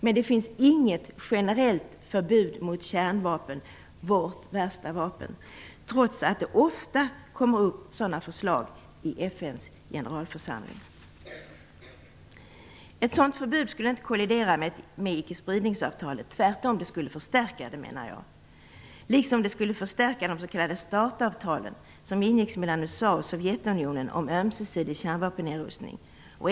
Men det finns inget generellt förbud mot kärnvapen, vårt värsta vapen, trots att det ofta kommer upp sådana förslag i FN:s generalförsamling. Ett sådant förbud skulle inte kollidera med ickespridningsavtalet, tvärtom. Det skulle förstärka det, liksom det skulle förstärka de s.k. Startavtalen som ingicks mellan USA och Sovjetunionen om ömsesidig kärnvapennedrustning.